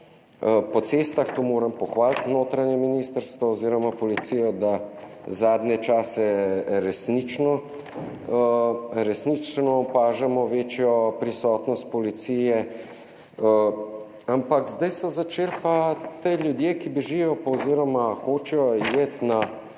po cestah, tu moram pohvaliti notranje ministrstvo oziroma policijo, da zadnje čase resnično, resnično opažamo večjo prisotnost policije, ampak, zdaj so začeli pa ti ljudje, ki bežijo, pa, oziroma hočejo iti na,